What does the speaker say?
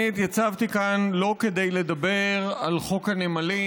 אני התייצבתי כאן לא כדי לדבר על חוק הנמלים